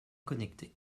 connectée